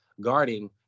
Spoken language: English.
guarding